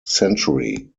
century